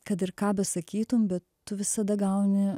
kad ir ką besakytum bet tu visada gauni